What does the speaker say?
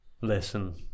Listen